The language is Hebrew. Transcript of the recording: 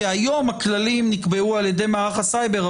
כי היום הכללים נקבעו על ידי מערך הסייבר,